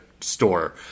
store